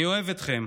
אני אוהב אתכם